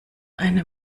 eine